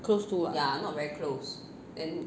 close to lah